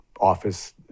office